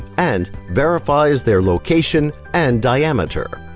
and verifies their location and diameter.